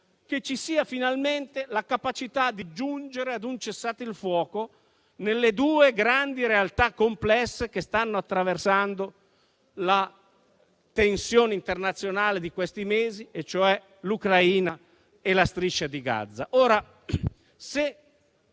che ci sia finalmente la capacità di giungere a un cessate il fuoco nelle due grandi realtà complesse che stanno attraversando la tensione internazionale degli ultimi mesi, e cioè l'Ucraina e la Striscia di Gaza.